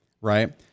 right